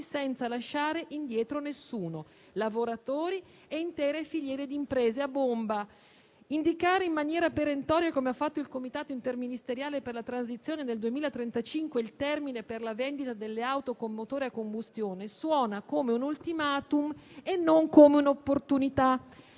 senza lasciare indietro nessuno: lavoratori e intere filiere di imprese. Indicare in maniera perentoria, come ha fatto il Comitato interministeriale per la transizione, nel 2035 il termine per la vendita delle auto con motore a combustione suona come un *ultimatum* e non come un'opportunità.